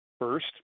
First